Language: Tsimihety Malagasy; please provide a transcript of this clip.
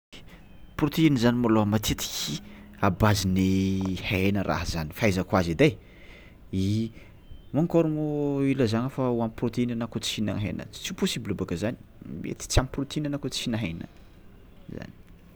Prôteiny zany malôha matetiky à base-n'ny hena raha zany, fahaizako azy edy ai, i mankôry moa ilazagna fa ampy prôteiny anao kôa tsy hihina hena tsy possible bôka zany, mety tsy ampy prôteiny anao kôa tsy hihina hena.